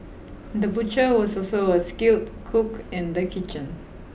the butcher was also a skilled cook in the kitchen